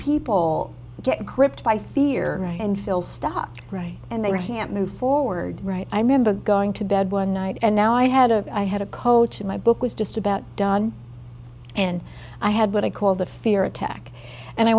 people get a grip by fear and phil stop right and they can't move forward right i remember going to bed one night and now i had a i had a coach my book was just about done and i had what i call the fear attack and i